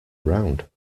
around